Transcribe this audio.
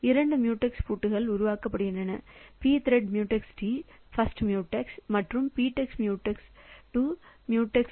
இரண்டு மியூடெக்ஸ் பூட்டுகள் இங்கே உருவாக்கப்படுகின்றன pthread mutex t first mutex மற்றும் pthread mutex to second mutex